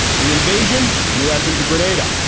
the invasion u s. into grenada.